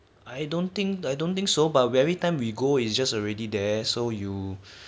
I don't think I don't think so by every time we go is just already there so you